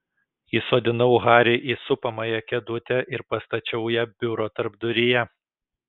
įsodinau harį į supamąją kėdutę ir pastačiau ją biuro tarpduryje